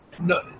No